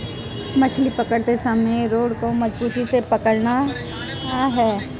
मछली पकड़ते समय रॉड को मजबूती से पकड़ना है